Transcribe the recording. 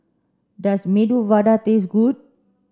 does Medu Vada taste good